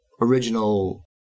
original